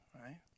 right